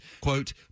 quote